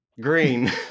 green